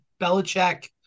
Belichick